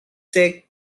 thick